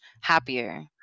happier